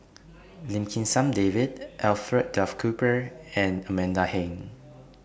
Lim Kim San David Alfred Duff Cooper and Amanda Heng